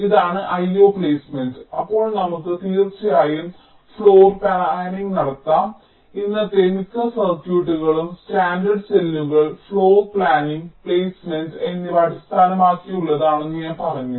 ഇതാണ് IO placement അപ്പോൾ നമുക്ക് തീർച്ചയായും ഫ്ലോർ പ്ലാനിംഗ് നടത്താം ഇന്നത്തെ മിക്ക സർക്യൂട്ടുകളും സ്റ്റാൻഡേർഡ് സെല്ലുകൾ ഫ്ലോർ പ്ലാനിംഗ് പ്ലെയ്സ്മെന്റ് എന്നിവ അടിസ്ഥാനമാക്കിയുള്ളതാണെന്ന് ഞാൻ പറഞ്ഞു